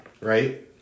right